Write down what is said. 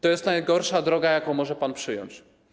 To jest najgorsza droga, jaką może pan przyjąć.